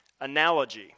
analogy